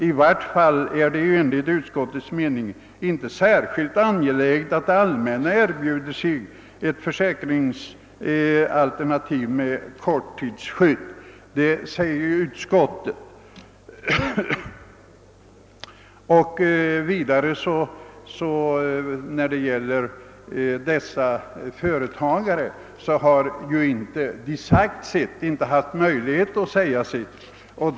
I vart fall är det enligt utskottets mening särskilt angeläget att det allmänna erbjuder ett försäkringsalternativ med enbart korttidsskydd.» Vidare har de företagare det här gäller inte haft möjlighet att säga sin mening.